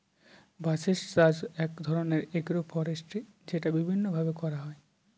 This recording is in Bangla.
বাঁশের চাষ এক ধরনের এগ্রো ফরেষ্ট্রী যেটা বিভিন্ন ভাবে করা হয়